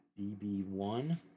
BB1